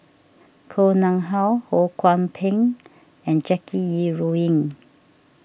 Koh Nguang How Ho Kwon Ping and Jackie Yi Ru Ying